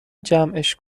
جمعش